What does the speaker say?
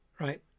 Right